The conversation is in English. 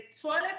toilet